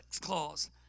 clause